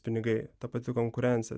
pinigai ta pati konkurencija